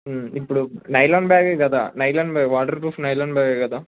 ఇప్పుడు నైలాన్ బ్యాగే కదా nylon bag waterproof nylon బ్యాగే కదా